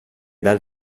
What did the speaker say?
dal